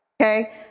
Okay